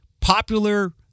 popular